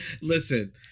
Listen